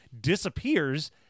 disappears